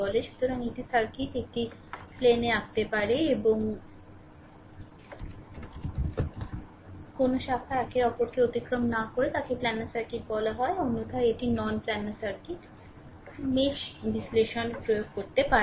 সুতরাং একটি সার্কিট এটি প্লেনে আঁকতে পারে এবং কোনও শাখা একে অপরকে অতিক্রম না করে তাকে প্ল্যানার সার্কিট বলা হয় অন্যথায় এটি non planar circuit r mesh বিশ্লেষণ প্রয়োগ করতে পারে না